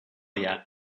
yet